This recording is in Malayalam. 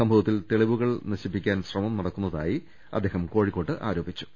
സംഭവത്തിൽ തെളിവുകൾ നശിപ്പിക്കാൻ ശ്രമം നടക്കുന്നതായി അദ്ദേഹം കോഴിക്കോട്ട് ആരോപിച്ചു